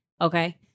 okay